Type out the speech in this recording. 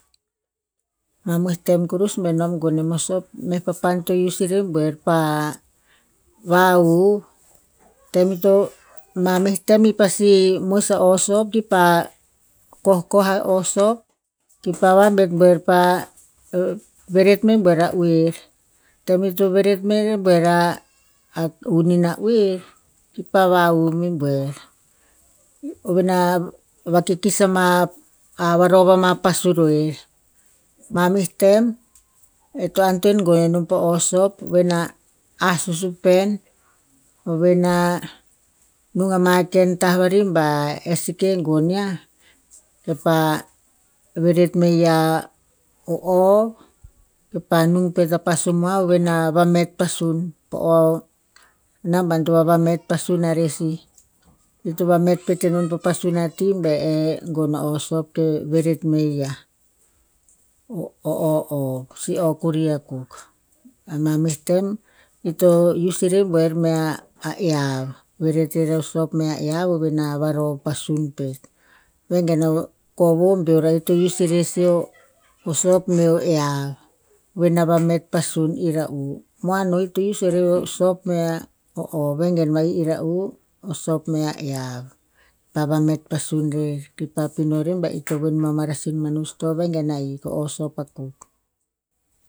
Mamoeh tem kurus be nom gon nem o sop meh papan to ius irebuer pa, va'huv. Tem ito, ma meh tem i pasi moes o o sop, kipa kohkoh a o sop, kipa vabet buer pa, veret me buer a uer. Tem i to veret me rebuer a- a hun ina uer, kipa vahuv me buer. Oven na vakikis ama, a varov ama pasu'roer. Ma meh tem, e to antoen gon enom po o sop ven na ah susupen, oven na nung ama ken tah vari ba, e sek gon yiah, kepa veret me yiah, o ov, kepa nung pet a pasu moah, oven na vamet pasun. Po o naban to vavamet pasun arer sih. Ito to vamet pet enom pa pasun a ti be e gon o- o sop ke veret me yiah, o o ov, si o kori akuk. Ama meh tem, ito ius irebuer mea, a eav. Veret rer o sop mea eav oven na varov pasun pet. Vegen o kovo beor ra'ih to ius irer si o, o sop meo eav. Ven na vamet pasun ira'u. Moan no ito ius o irer o sop mea, o ov vege va'ih ira'u. O sop, mea iav pa vamet pasun rer. Kipa pino rer ba ir to voen ma o marasin manu stoa ive gen ahik, o o sop akuk.